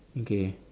okay